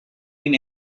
been